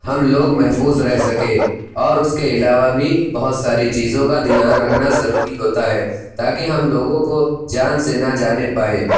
ہم لوگ محفوظ رہ سکیں اور اُس کے علاوہ بھی بہت ساری چیزوں کا دھیان رکھنا ضروری ہوتا ہے تاکہ ہم لوگوں کو جان سے نہ جانے پائیں